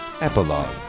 Epilogue